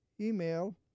email